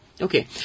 Okay